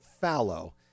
fallow